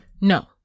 No